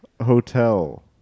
Hotel